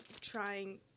trying